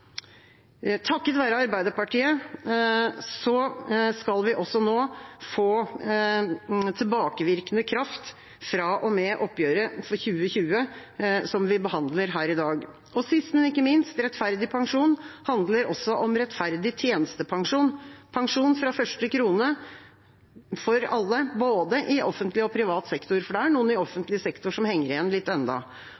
Takket være Arbeiderpartiet skal det nå få tilbakevirkende kraft fra og med oppgjøret for 2020, som vi behandler her i dag. Sist, men ikke minst: Rettferdig pensjon handler også om rettferdig tjenestepensjon, pensjon fra første krone for alle, i både offentlig og privat sektor, for det er noen i